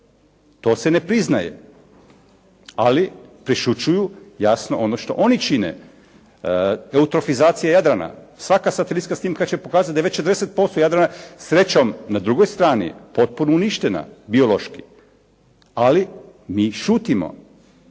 To se ne priznaje, ali prešućuju jasno ono što oni čine, da u trofizaciji Jadrana svaka satelitska snimka će pokazati da je već 40% Jadrana srećom na drugoj strani potpuno uništena biološki, ali mi šutimo.